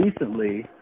recently